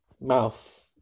mouth